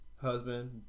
Husband